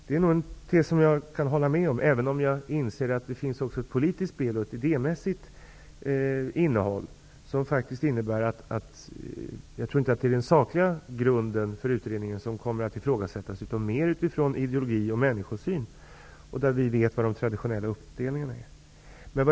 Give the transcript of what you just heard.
Det är något som jag kan hålla med om, även om jag inser att det också förekommer ett politiskt spel och att det finns ett idémässigt innehåll. Det gör att jag inte tror att det är den sakliga grunden för utredningen som kommer att ifrågasättas, utan mer ideologin och människosynen, där vi vet vilken den traditionella uppdelningen är.